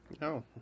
No